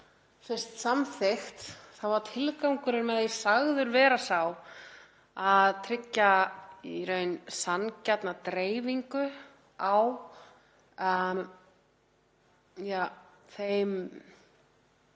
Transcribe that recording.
fyrst samþykkt var tilgangurinn sagður vera sá að tryggja í raun sanngjarna dreifingu á því